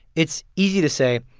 it's easy to say,